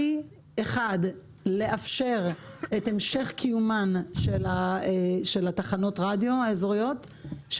היא אחת: לאפשר את המשך קיומן של תחנות הרדיו האזוריות,